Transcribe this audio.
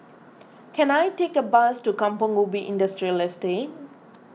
can I take a bus to Kampong Ubi Industrial Estate